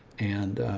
and,